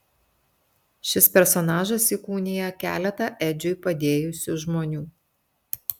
šis personažas įkūnija keletą edžiui padėjusių žmonių